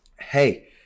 Hey